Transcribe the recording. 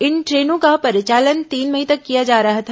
इन ट्रेनों का परिचालन तीन मई तक किया जा रहा था